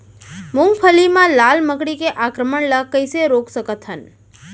मूंगफली मा लाल मकड़ी के आक्रमण ला कइसे रोक सकत हन?